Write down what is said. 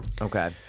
okay